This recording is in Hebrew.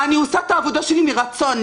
אני עושה את העבודה שלי מרצון.